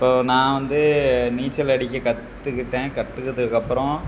இப்போது நான் வந்து நீச்சல் அடிக்க கற்றுக்கிட்டேன் கற்றுக்கிட்டதுக்கப்பறம்